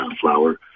flour